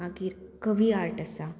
मागीर कवी आर्ट आसा